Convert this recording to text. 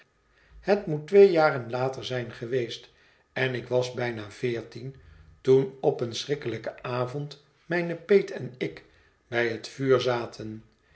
het moet twee jaren later zijn geweest en ik was bijna veertien toen op een schrikkelijken avond mijne peet en ik bij het vuur zaten